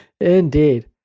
indeed